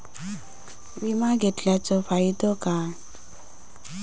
विमा घेतल्याचो फाईदो काय?